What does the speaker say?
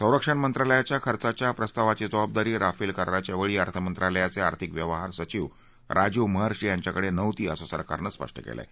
संरक्षण मंत्रालयाच्या खर्चाच्या प्रस्तावाची जबाबदारी राफेल कराराच्यावेळी अर्थमंत्रालयाचे आर्थिक व्यवहार सचिव राजीव महर्षी यांच्याका नव्हती असं सरकारनं स्पष्ट केलं आहे